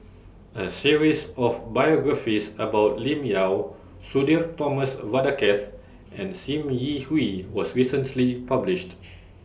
A series of biographies about Lim Yau Sudhir Thomas Vadaketh and SIM Yi Hui was recently published